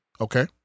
Okay